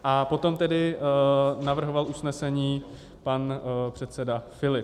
A potom tedy navrhoval usnesení pan předseda Filip.